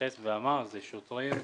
התייחס ואמר, זה שוטרים,